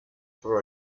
for